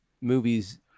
movies